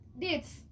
dates